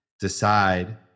decide